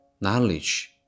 knowledge